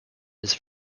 his